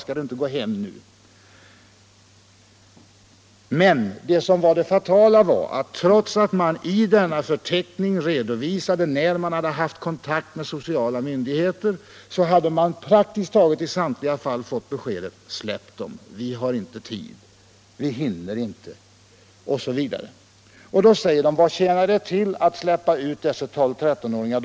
Skall du inte gå hem nu?” Men det fatala var att trots att man i denna förteckning redovisade när man hade kontakt med sociala myndigheter så hade man i praktiskt taget samtliga fall fått besked: ”Släpp dem, vi har inte tid, vi hinner inte.” Då säger polisen: ”Vad tjänar det till avt släppa ut dessa tolvoch trettonåringar?